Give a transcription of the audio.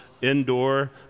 indoor